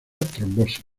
trombosis